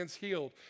healed